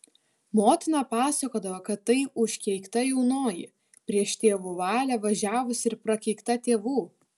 motina pasakodavo kad tai užkeikta jaunoji prieš tėvų valią važiavusi ir prakeikta tėvų